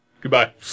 Goodbye